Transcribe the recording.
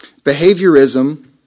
Behaviorism